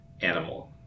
animal